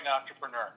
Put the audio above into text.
entrepreneur